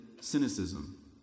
cynicism